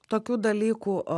tokių dalykų